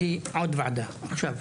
יש לי עוד ועדה עכשיו.